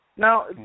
Now